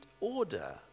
order